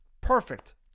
Perfect